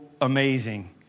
amazing